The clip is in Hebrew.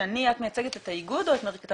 שני, את מייצגת את האיגוד או את המרכז?